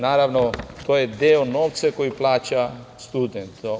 Naravno, to je deo novca koju plaća student.